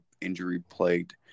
injury-plagued